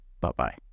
Bye-bye